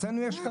אצלינו יש כבוד.